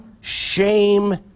shame